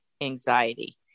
anxiety